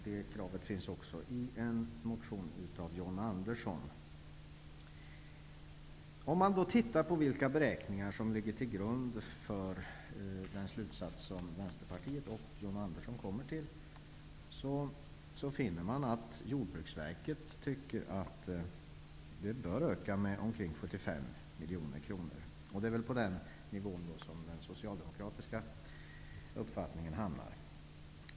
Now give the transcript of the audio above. Det kravet finns också i en motion av John Om man då tittar på vilka beräkningar som ligger till grund för den slutsats som Vänsterpartiet och John Andersson kommer till, finner man att Jordbruksverket tycker att stödet bör öka med omkring 75 miljoner kronor, och det är väl på den nivån som den socialdemokratiska uppfattningen hamnar.